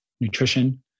nutrition